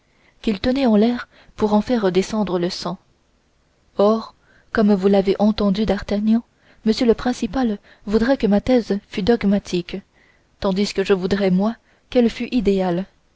qu'il tenait en l'air pour en faire descendre le sang or comme vous l'avez entendu d'artagnan m le principal voudrait que ma thèse fût dogmatique tandis que je voudrais moi qu'elle fût idéale